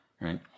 right